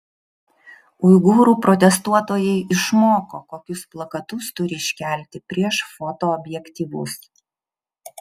uigūrų protestuotojai išmoko kokius plakatus turi iškelti prieš fotoobjektyvus